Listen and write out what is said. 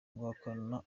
guhakana